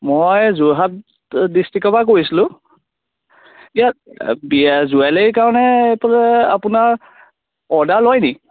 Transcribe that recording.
মই যোৰহাট ডিষ্ট্ৰিকৰ পা কৈছিলোঁ ইয়াত জোৱেলাৰী কাৰণে আপোনাৰ অৰ্ডাৰ লয়নি